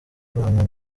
avanwa